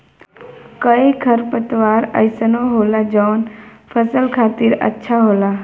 कई खरपतवार अइसनो होला जौन फसल खातिर अच्छा होला